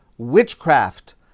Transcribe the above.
witchcraft